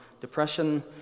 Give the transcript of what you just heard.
depression